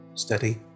Steady